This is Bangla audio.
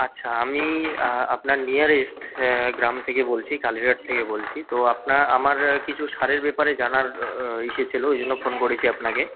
আচ্ছা আমি আপনার নিয়ারেস্ট গ্রাম থেকে বলছি কালীঘাট থেকে বলছি তো আপনার আমার কিছু সারের ব্যাপারে জানার ইসে ছিল ওই জন্য ফোন করেছি আপনাকে